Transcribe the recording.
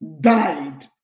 died